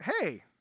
Hey